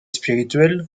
spirituels